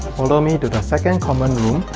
follow me to the second common room